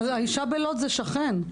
אבל האישה בלוד זה שכן.